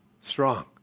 strong